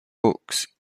books